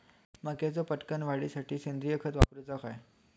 मक्याचो पटकन वाढीसाठी सेंद्रिय खत वापरूचो काय?